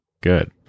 good